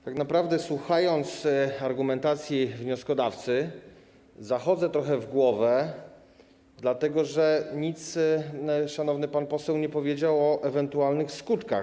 Tak naprawdę, słuchając argumentacji wnioskodawcy, zachodzę trochę w głowę, dlatego że nic szanowny pan poseł nie powiedział o ewentualnych skutkach.